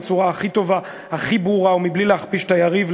בצורה הכי טובה, הכי ברורה, ובלי להכפיש את היריב.